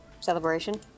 celebration